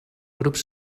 grups